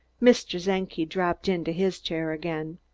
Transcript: mr. czenki dropped into his chair again.